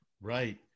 Right